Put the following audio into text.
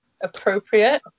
appropriate